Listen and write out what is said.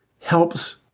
helps